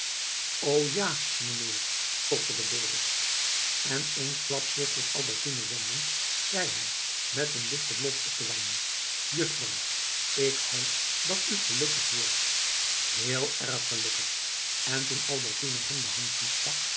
o ja meneer stotterde dorus en eensklaps zich tot albertine wendend zei hij met een lichten blos op de wangen juffrouw ik hoop dat u gelukkig wordt heel erg gelukkig en toen albertine hem de hand toestak